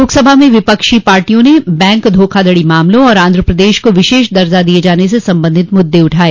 लोकसभा में विपक्षी पार्टियों ने बैंक धोखाधड़ी मामलों और आंध्र प्रदेश को विशेष दर्जा दिये जाने से संबंधित मुद्दे उठाये